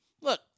Look